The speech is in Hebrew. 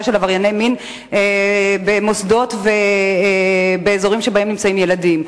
של עברייני מין במוסדות ובאזורים שבהם נמצאים ילדים.